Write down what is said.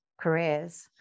careers